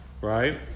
Right